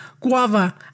guava